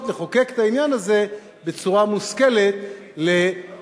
לחוקק את העניין הזה בצורה מושכלת לשינוי.